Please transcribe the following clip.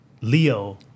Leo